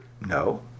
No